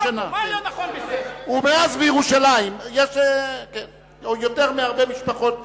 ומאז בירושלים, יותר מהרבה משפחות ערביות.